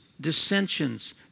dissensions